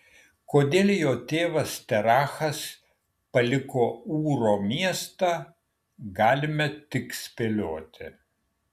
kodėl jo tėvas terachas paliko ūro miestą galime tik spėlioti